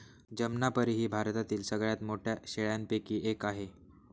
जमनापरी ही भारतातील सगळ्यात मोठ्या शेळ्यांपैकी एक आहे